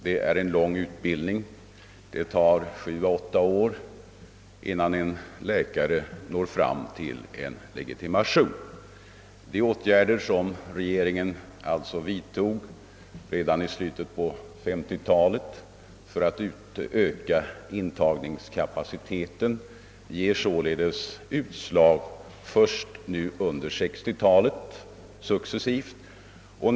Utbildningstiden är lång; det tar sju å åtta år innan en läkare når fram till legitimation. De åtgärder som regeringen vidtog redan i slutet på 1950-talet för att öka intagningskapaciteten ger således utslag först under 1960-talet.